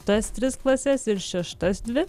tas tris klases ir šeštas dvi